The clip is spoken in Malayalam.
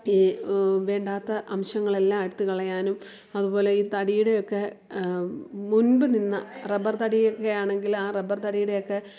ഈ വേണ്ടാത്ത അംശങ്ങളെല്ലാം എടുത്ത് കളയാനും അതുപോലെ ഈ തടിയുടെ ഒക്കെ മുൻപ് നിന്ന റബ്ബർ തടി ഒക്കെ ആണെങ്കിൽ ആ റബ്ബർ തടിയുടെ ഒക്കെ